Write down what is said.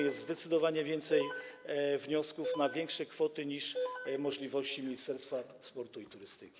Jest zdecydowanie więcej wniosków na kwoty większe niż możliwości Ministerstwa Sportu i Turystyki.